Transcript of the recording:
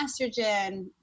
estrogen